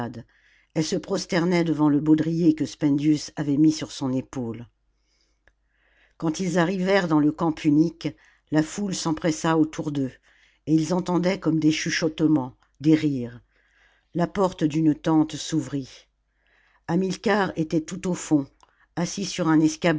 elles se prosternaient devant le baudrier que spendius avait mis sur son épaule quand ils arrivèrent dans le camp punique la foule s'empressa autour d'eux et ils entendaient comme des chuchotements des rires la porte d'une tente s'ouvrit hamilcar était tout au fond assis sur un